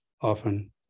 often